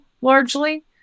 largely